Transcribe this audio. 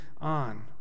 on